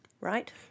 Right